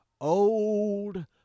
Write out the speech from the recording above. old